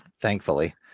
thankfully